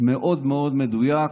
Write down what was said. מאוד מאוד מדויק,